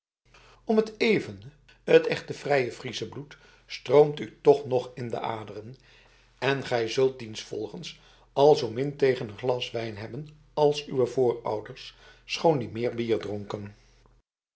om t even het echte frije friesche bloed stroomt u toch nog in de aderen en gij zult dienvolgens al zoomin tegen een glas wijn hebben als uw voorouders schoon die meer bier dronken